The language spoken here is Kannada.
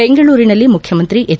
ಬೆಂಗಳೂರಿನಲ್ಲಿ ಮುಖ್ಯಮಂತ್ರಿ ಎಚ್